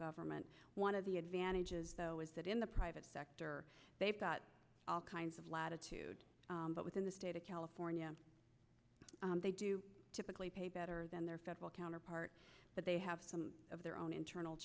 government one of the advantages though is that in the private sector they've got all kinds of latitude but within the state of california they do typically pay better than their federal counterparts but they have some of their own internal